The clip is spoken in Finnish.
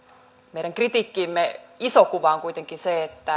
meidän kritiikkimme iso kuva on kuitenkin se että